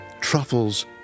truffles